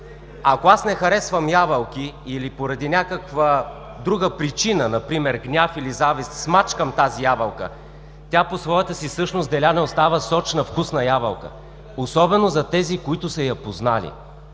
Ако не харесвам ябълки или поради някаква друга причина, например гняв или завист, смачкам тази ябълка, тя по своята същност, Деляне, остава сочна, вкусна ябълка, особено за тези, които са я познали.